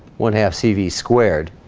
one-half cv squared